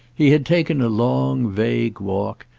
he had taken a long vague walk,